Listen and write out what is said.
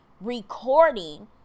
recording